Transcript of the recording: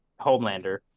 Homelander